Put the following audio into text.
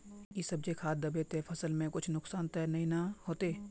इ सब जे खाद दबे ते फसल में कुछ नुकसान ते नय ने होते